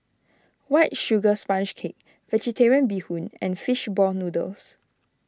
White Sugar Sponge Cake Vegetarian Bee Hoon and Fish Ball Noodles